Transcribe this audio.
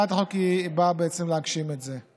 הצעת החוק באה להגשים את זה.